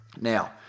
Now